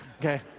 Okay